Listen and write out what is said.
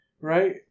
right